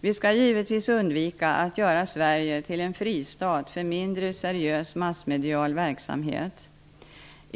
Vi skall givetvis undvika att göra Sverige till en fristat för mindre seriös massmedial verksamhet.